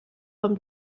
vom